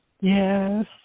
Yes